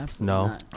No